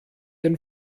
den